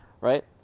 Right